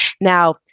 Now